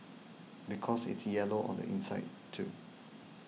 because it's yellow on the inside too